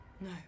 No